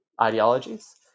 ideologies